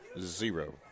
zero